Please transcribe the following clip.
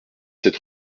sept